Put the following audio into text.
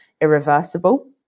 Irreversible